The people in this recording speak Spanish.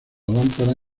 lámpara